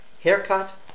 haircut